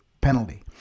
Penalty